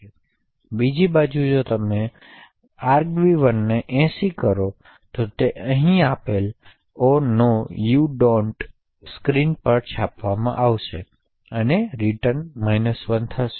બીજી બાજુ જો તમે નિર્દિષ્ટછો argv1 ને 80 કરો તો તે અહીં આપેલા Oh no you do not' screen પર છાપવામાં આવે છે અને ત્યાં રિટર્ન 1 થશે